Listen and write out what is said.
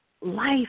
life